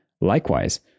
likewise